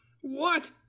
What